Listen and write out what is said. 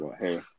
Hey